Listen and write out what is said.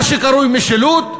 מה שקרוי משילות,